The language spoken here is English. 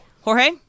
Jorge